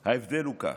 ההבדל הוא כך: